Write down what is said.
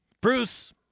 Bruce